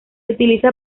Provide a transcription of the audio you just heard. utiliza